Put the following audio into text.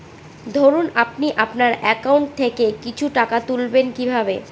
ধরুন আপনি আপনার একাউন্ট থেকে কিছু টাকা তুলবেন কিভাবে?